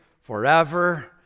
forever